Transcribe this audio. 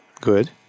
Good